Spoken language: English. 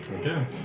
Okay